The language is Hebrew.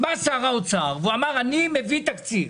אמר שר האוצר אני מביא תקציב.